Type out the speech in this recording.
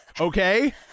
okay